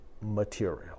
material